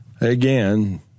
again